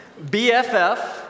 BFF